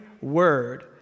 word